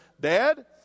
Dad